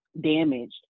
damaged